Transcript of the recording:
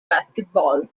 basketball